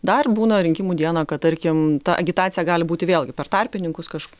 dar būna rinkimų dieną kad tarkim ta agitacija gali būti vėlgi per tarpininkus kaš